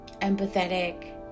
empathetic